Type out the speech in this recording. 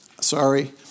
sorry